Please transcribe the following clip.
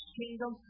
kingdom